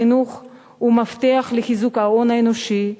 החינוך הוא מפתח לחיזוק ההון האנושי,